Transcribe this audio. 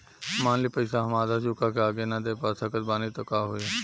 मान ली पईसा हम आधा चुका के आगे न दे पा सकत बानी त का होई?